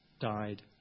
died